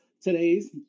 Today's